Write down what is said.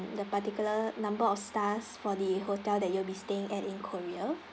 the particular number of stars for the hotel that you'll be staying at in korea